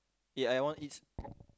ah I want eats